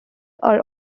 are